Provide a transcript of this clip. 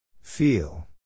Feel